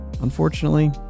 unfortunately